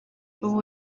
ubu